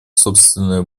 собственное